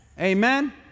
Amen